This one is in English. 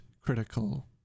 critical